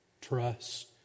Trust